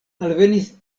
alvenis